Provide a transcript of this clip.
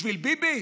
בשביל ביבי?